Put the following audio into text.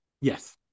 Yes